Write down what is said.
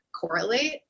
correlate